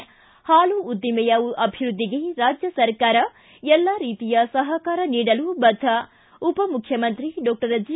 ಿ ಹಾಲು ಉದ್ದಿಮೆಯ ಅಭಿವೃದ್ದಿಗೆ ರಾಜ್ಯ ಸರಕಾರ ಎಲ್ಲ ರೀತಿಯ ಸಹಕಾರ ನೀಡಲು ಬದ್ಧ ಉಪಮುಖ್ಯಮಂತ್ರಿ ಡಾಕ್ಟರ್ ಜಿ